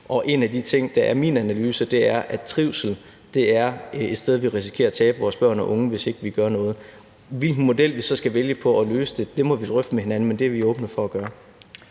der er min analyse, er, at trivsel er et sted, vi risikerer at tabe vores børn og unge, hvis ikke vi gør noget. Hvilken model vi skal vælge for at løse det, må vi drøfte med hinanden, men det er vi åbne for at gøre.